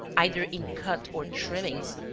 either in cut or trimmings,